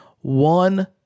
one